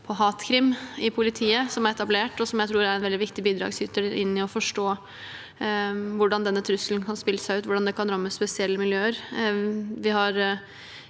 hatkrim i politiet, som er etablert, og som jeg tror er en veldig viktig bidragsyter for å forstå hvordan denne trusselen har spilt seg ut, og hvordan det kan ramme spesielle miljøer.